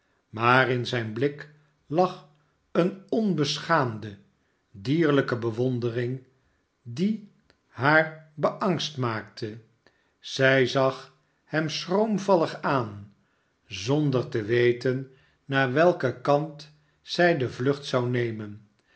maar in zijn blik lag eene onbeschaamde dierlijke bewondering die haar beangst maakte zij zag hem schroomvallig aan zonder te weten naar welken kant zij de vlucht zou nemen